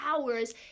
hours